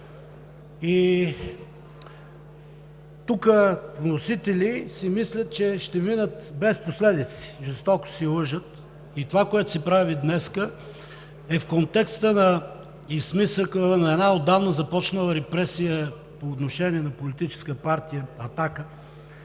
Тук вносителите си мислят, че ще минат без последици. Жестоко се лъжат! Това, което се прави днес, е в контекста и смисъла на една отдавна започнала репресия по отношение на Политическа партия „Атака“